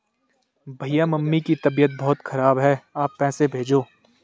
भैया मम्मी की तबीयत बहुत खराब है आप पैसे भेजो